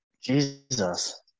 Jesus